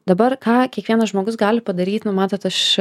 dabar ką kiekvienas žmogus gali padaryt nu matot aš